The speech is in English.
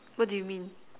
what do you mean